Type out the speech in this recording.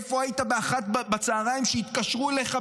איפה היית ב-13:00 כשהתקשרו אליך?